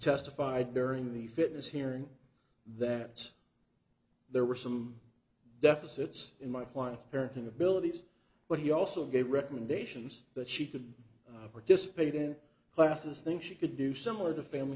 testified during the fitness hearing that there were some deficits in my client's parenting abilities but he also gave recommendations that she could participate in classes think she could do similar to family